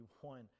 one